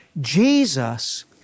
Jesus